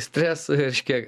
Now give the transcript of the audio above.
stresui reiškia